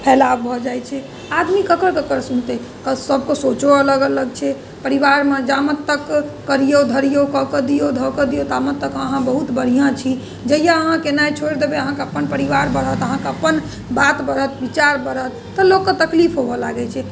फैलाव भऽ जाइत छै आदमी ककर ककर सुनतै आ सभके सोचो अलग अलग छै परिवारमे जामे तक करियौ धरियौ कऽ कऽ दियौ धऽ कऽ दियौ तामे तक अहाँ बहुत बढ़िआँ छी जहिया अहाँ केनाइ छोड़ि देबै अहाँके अपन परिवार बढ़त अहाँके अपन बात बढ़त बिचार बढ़त तऽ लोककेँ तकलीफ होवऽ लागै छै